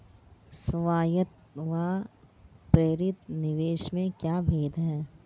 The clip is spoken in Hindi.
स्वायत्त व प्रेरित निवेश में क्या भेद है?